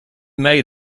may